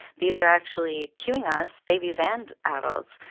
these are actually cueing us, babies and adults,